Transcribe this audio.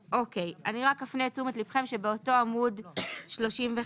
אני רק אפנה את תשומת ליבכם שבאותו עמוד, 35,